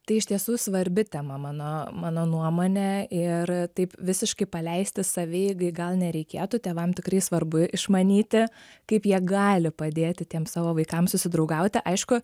tai iš tiesų svarbi tema mano mano nuomone ir taip visiškai paleisti savieigai gal nereikėtų tėvam tikrai svarbu išmanyti kaip jie gali padėti tiem savo vaikams susidraugauti aišku